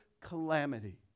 calamity